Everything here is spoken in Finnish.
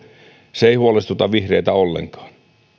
se ei huolestuta vihreitä ollenkaan